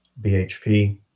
bhp